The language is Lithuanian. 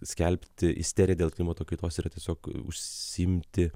skelbti isteriją dėl klimato kaitos yra tiesiog užsiimti